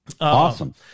Awesome